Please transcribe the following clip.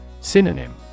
Synonym